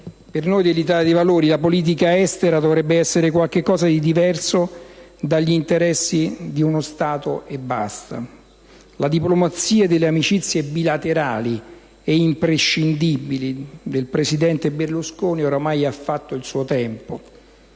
per l'Italia dei Valori la politica estera dovrebbe essere qualcosa di diverso dagli interessi di uno Stato e basta. La diplomazia delle amicizie bilaterali, ed impresentabili, del Presidente Berlusconi ha fatto il suo tempo.